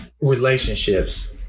relationships